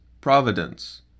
Providence